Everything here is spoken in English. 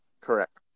Correct